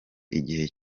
igihe